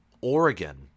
Oregon